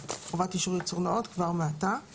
חדש חובת אישור ייצור נאות כבר מעתה,